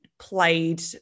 played